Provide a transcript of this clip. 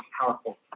powerful